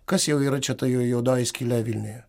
kas jau yra čia ta juodoji skylė vilniuje